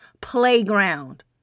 playground